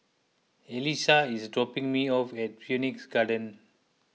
Elissa is dropping me off at Phoenix Garden